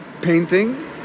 painting